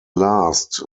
last